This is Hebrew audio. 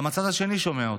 גם הצד השני שומע אותו.